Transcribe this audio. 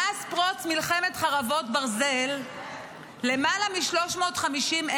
מאז פרוץ מלחמת חרבות ברזל למעלה מ-350,000